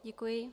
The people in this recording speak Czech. Děkuji.